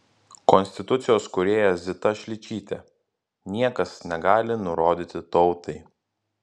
konstitucijos kūrėja zita šličytė niekas negali nurodyti tautai